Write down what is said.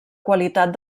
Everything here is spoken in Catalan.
qualitat